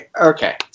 okay